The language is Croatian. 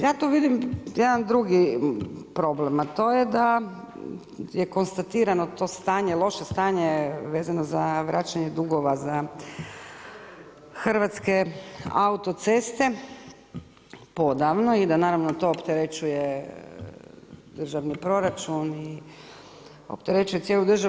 Ja tu vidim jedan drugi problem a to je da je konstatirano to stanje, loše stanje vezano za vraćanje dugova za Hrvatske autoceste po odavno i da naravno to opterećuje državni proračun i opterećuje cijelu državu.